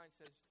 says